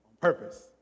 purpose